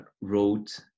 wrote